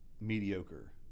mediocre